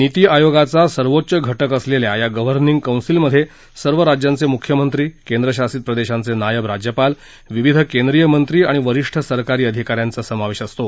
नीती आयोगाचा सर्वोच्च घटक असलेल्या या गव्हर्निंग कौन्सिल मध्ये सर्व राज्यांचे मुख्यमंत्री केंद्रशासित प्रदेशांचे नायब राज्यपाल विविध केंद्रीय मंत्री आणि वरिष्ठ सरकारी अधिकाऱ्यांचा समावेश असतो